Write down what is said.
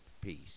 peace